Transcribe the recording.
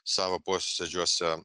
savo posėdžiuose